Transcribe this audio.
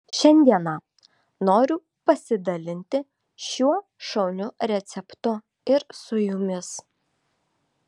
šiandieną noriu pasidalinti šiuo šauniu receptu ir su jumis